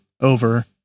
over